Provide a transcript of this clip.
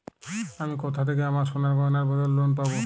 আমি কোথা থেকে আমার সোনার গয়নার বদলে লোন পাবো?